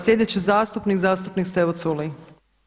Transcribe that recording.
Sljedeći zastupnik, zastupnik Stevo Culej.